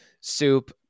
soup